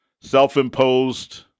self-imposed